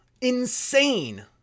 insane